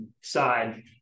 side